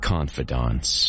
Confidants